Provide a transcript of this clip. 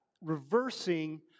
Reversing